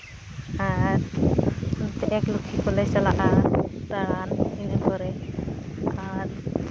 ᱟᱨ ᱱᱚᱛᱮ ᱮᱹᱠ ᱞᱚᱠᱠᱷᱤ ᱠᱚᱞᱮ ᱪᱟᱞᱟᱜᱼᱟ ᱫᱟᱬᱟᱱ ᱤᱱᱟᱹ ᱠᱚᱨᱮ ᱟᱨ